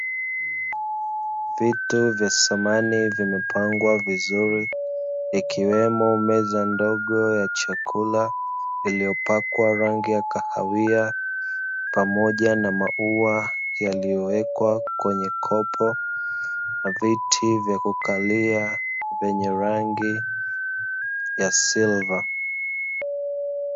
Vitu vya samani vimepangwa vizuri ikiwemo meza ndogo ya chakula iliyopakwa rangi ya kahawia, pamoja na maua yaliyowekwa kwenye kopo na viti vya kukalia vyenye rangi ya silva.